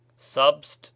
subst